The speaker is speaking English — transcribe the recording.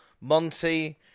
Monty